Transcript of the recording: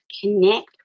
connect